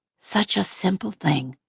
such a simple thing.